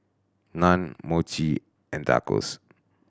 Naan Mochi and Tacos